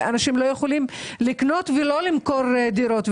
ואנשים לא יכולים לקנות או למכור דירות.